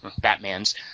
Batman's